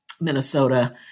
Minnesota